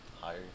higher